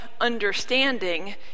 understanding